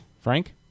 Frank